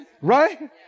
Right